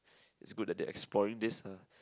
it's good that they exploring this uh